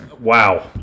Wow